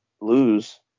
lose